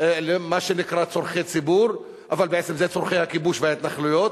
למה שנקרא "צורכי ציבור" אבל בעצם זה צורכי הכיבוש וההתנחלויות.